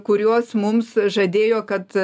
kuriuos mums žadėjo kad